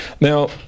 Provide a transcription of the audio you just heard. now